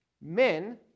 men